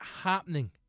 happening